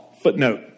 Footnote